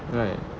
right